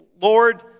Lord